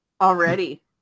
already